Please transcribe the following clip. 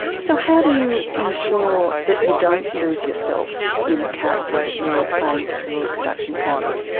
so how do you ensure that you don't lose yourself in a character that you're playing through a production period?